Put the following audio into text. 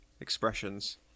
expressions